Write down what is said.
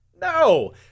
No